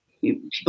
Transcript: people